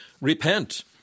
Repent